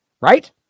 right